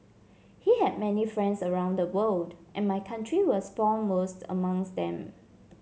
he had many friends around the world and my country was foremost amongst them